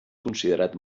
considerat